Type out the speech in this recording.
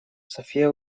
софия